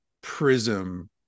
prism